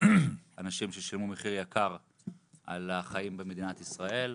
אנשים ששילמו מחיר יקר על החיים במדינת ישראל.